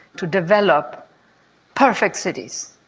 to develop perfect cities,